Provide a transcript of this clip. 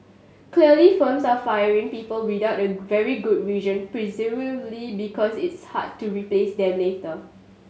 clearly firms aren't firing people without the very good reason presumably because it's hard to replace them later